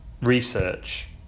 research